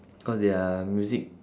cause their music